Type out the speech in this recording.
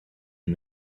and